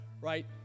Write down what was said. Right